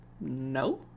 no